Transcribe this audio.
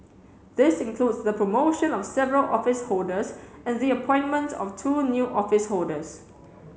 this includes the promotion of several office holders and the appointment of two new office holders